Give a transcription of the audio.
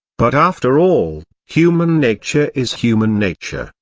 but after all, human nature is human nature,